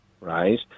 right